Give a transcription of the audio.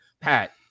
Pat